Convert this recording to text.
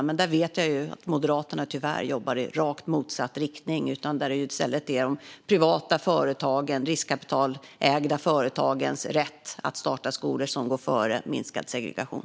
Men där vet jag att Moderaterna tyvärr jobbar i rakt motsatt riktning och att det i stället är de privata och de riskkapitalägda företagens rätt att starta skolor som går före minskad segregation.